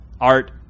Art